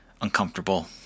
uncomfortable